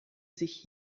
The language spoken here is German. sich